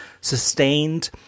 sustained